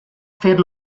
fer